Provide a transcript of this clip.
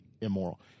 Immoral